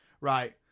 Right